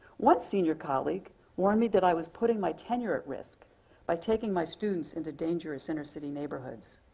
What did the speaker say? one senior colleague warned me that i was putting my tenure at risk by taking my students into dangerous inner city neighborhoods.